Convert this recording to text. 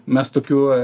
mes tokių